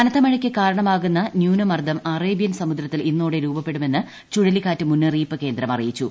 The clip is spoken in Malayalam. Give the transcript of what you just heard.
കനത്ത മഴയ്ക്ക് കാരണമാകുന്ന ന്യൂനമർദ്ദം അറേബ്യൻ സമുദ്രത്തിൽ ഇന്നോടെ രൂപപ്പെടുമെന്ന് ചുഴലിക്കാറ്റ് മുന്നറിയിപ്പ് കേന്ദ്രം അറിയിച്ചു